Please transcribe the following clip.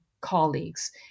colleagues